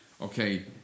okay